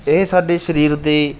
ਇਹ ਸਾਡੇ ਸਰੀਰ ਦੇ